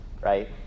right